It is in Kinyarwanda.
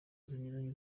zinyuranye